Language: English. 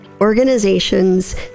organizations